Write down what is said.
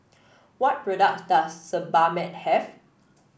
what products does Sebamed have